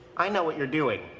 i know what you're doing.